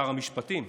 שר המשפטים.